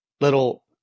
little